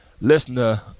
listener